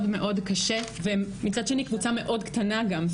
מאוד קשה והן מצד שני קבוצה מאוד קטנה גם.